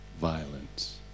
violence